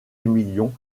émilion